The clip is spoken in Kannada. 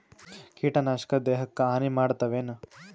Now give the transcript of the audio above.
ಕೀಟನಾಶಕ ದೇಹಕ್ಕ ಹಾನಿ ಮಾಡತವೇನು?